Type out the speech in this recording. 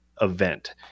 event